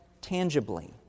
tangibly